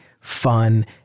fun